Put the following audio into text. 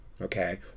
Okay